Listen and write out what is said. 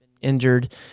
injured